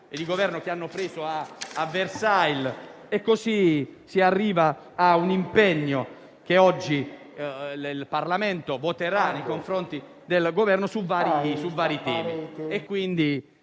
e di Governo hanno preso a Versailles. Si arriva così a un impegno che oggi il Parlamento voterà nei confronti del Governo su vari temi,